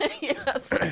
Yes